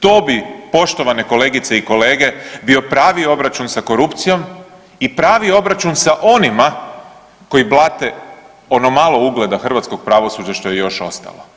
To bi poštovane kolegice i kolege bio pravi obračun sa korupcijom i pravi obračun sa onima koji blate ono malo ugleda hrvatskog pravosuđa što je još ostalo.